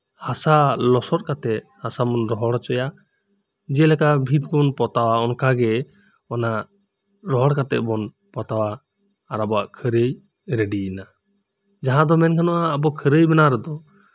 ᱦᱟᱥᱟ ᱞᱚᱥᱚᱫ ᱠᱟᱛᱮᱜ ᱦᱟᱥᱟᱢ ᱨᱚᱦᱚᱲ ᱩᱪᱩᱭᱟ ᱡᱮᱞᱮᱠᱟ ᱵᱷᱤᱫᱵᱚᱱ ᱯᱚᱛᱟᱣᱟ ᱚᱱᱠᱟᱜᱮ ᱚᱱᱟ ᱨᱚᱦᱚᱲ ᱠᱟᱛᱮᱜᱵᱩᱱ ᱯᱚᱛᱟᱣᱟ ᱟᱨ ᱟᱵᱩᱣᱟᱜ ᱠᱷᱟᱹᱨᱟᱹᱭ ᱨᱮᱰᱤᱭᱮᱱᱟ ᱡᱟᱦᱟᱸ ᱫᱚ ᱢᱮᱱᱜᱟᱱᱚᱜ ᱟ ᱟᱵᱩ ᱠᱷᱟᱹᱨᱟᱹᱭ ᱵᱮᱱᱟᱣ ᱨᱮᱫᱚ